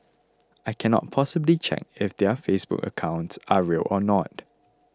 I can't possibly check if their Facebook accounts are real or not